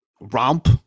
Romp